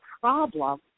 problem